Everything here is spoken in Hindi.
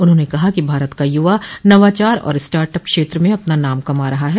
उन्होंने कहा कि भारत का युवा नवाचार और स्टार्टअप क्षेत्र में अपना नाम कमा रहा है